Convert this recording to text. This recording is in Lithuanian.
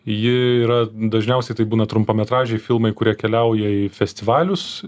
ji yra dažniausiai tai būna trumpametražiai filmai kurie keliauja į festivalius